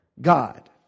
God